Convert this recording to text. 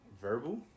verbal